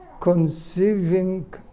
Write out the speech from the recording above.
conceiving